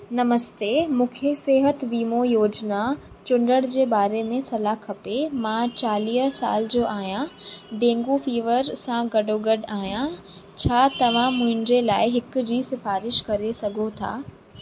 नमस्ते मूंखे सिहत वीमो योजना चूंडण जे बारे में सलाहु खपे मां चालीह साल जो आहियां ऐं सां गॾो गॾु आहियां छा तव्हां मुंहिंजे लाइ हिकु जी सिफ़ारिश करे सघो था